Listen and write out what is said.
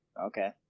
Okay